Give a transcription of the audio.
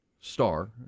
star